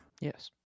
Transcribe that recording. Yes